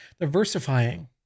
diversifying